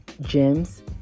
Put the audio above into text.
gems